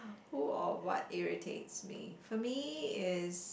who or what irritates me for me is